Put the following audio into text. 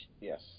Yes